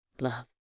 Love